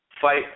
fight